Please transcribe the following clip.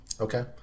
Okay